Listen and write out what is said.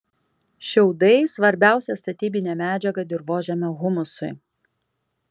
šiaudai svarbiausia statybinė medžiaga dirvožemio humusui